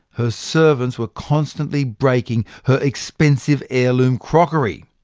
her servants were constantly breaking her expensive heirloom crockery.